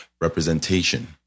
representation